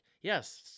yes